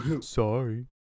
Sorry